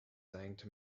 thanked